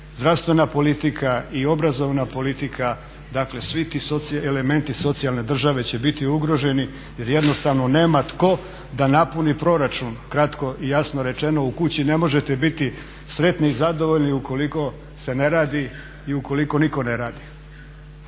zdravstvena politika i obrazovna politika, dakle svi ti elementi socijalne države će biti ugroženi jer jednostavno nema tko da napuni proračun. Kratko i jasno rečeno, u kući ne možete biti sretni i zadovoljni ukoliko se ne radi i ukoliko nitko ne radi.